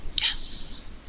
Yes